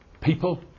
people